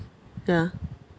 ya